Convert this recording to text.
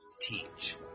teach